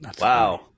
Wow